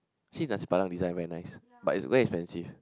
see Nasi-Padang design very nice but it's very expensive